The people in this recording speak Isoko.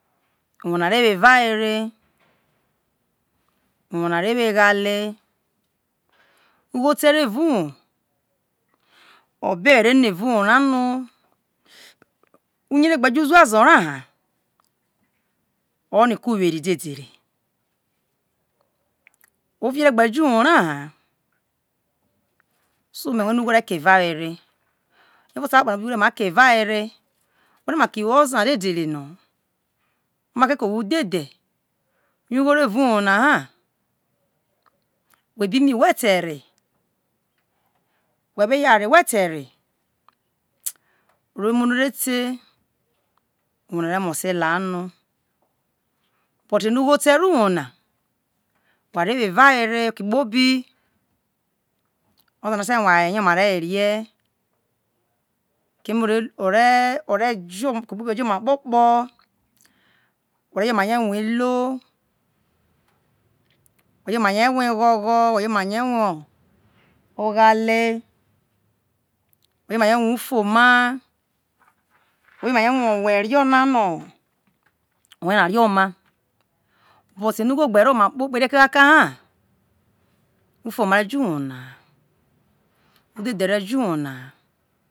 uwo na re wo evawere uwo na re wo eghale ugho te ro evao uwo obewe re no evao uwo ra no uye re gbe jo uzuazo ra ha oroniko uweri dedere, ovie re gbe jo uwo ra ha so me rue no ugho re ke evawere we te maki wo oza no omaki ko we udhe dhe yo ugho ro evao uwo na na we bi mi we te re we yare we te re ore muo no re te umo na re mose la no but no ugho te ro uwo na ware wo evawere oke kpobi ozana te rue aye ye oma re werie keme oke kpobi ore jo ma kpokpo ore jo oma ye ruue elo ore jo oma ye rue ogho gho ore jo oma ye ruo oghale wore jo oma ye ruo ufuoma we rio na no oyena rio oma but no ugho gbe rio ma ka ka ka ha ufuoma re jo uwo na na